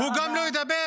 הוא גם לא ידבר